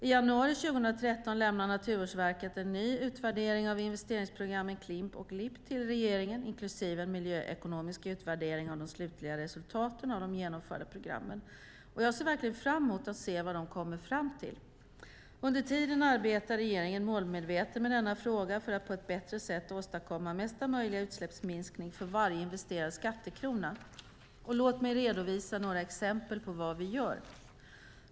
I januari 2013 lämnar Naturvårdsverket en ny utvärdering av investeringsprogrammen Klimp och LIP till regeringen, inklusive en miljöekonomisk utvärdering av de slutliga resultaten av de genomförda programmen. Jag ser verkligen fram emot att se vad de kommer fram till. Under tiden arbetar regeringen målmedvetet med denna fråga för att på ett bättre sätt åstadkomma mesta möjliga utsläppsminskning för varje investerad skattekrona. Låt mig redovisa några exempel på vad vi gör.